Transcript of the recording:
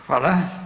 Hvala.